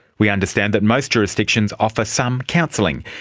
we understand that most jurisdictions offer some counselling.